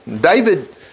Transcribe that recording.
David